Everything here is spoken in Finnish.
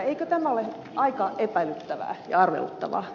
eikö tämä ole aika epäilyttävää ja arveluttavaa